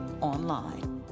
online